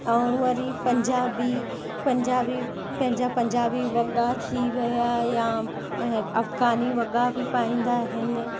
ऐं वरी पंजाबी पंजाबी पंहिंजा पंजाबी वॻा थी विया यां अफगानी वॻा बी पाईंदा आहिनि